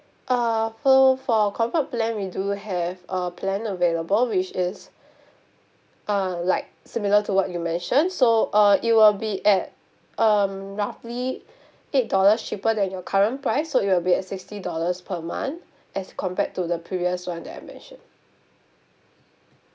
uh so for corporate plan we do have uh plan available which is uh like similar to what you mentioned so uh it will be at um roughly eight dollars cheaper than your current price so it'll be sixty dollars per month as compared to the previous one that I mentioned